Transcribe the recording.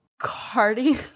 Cardi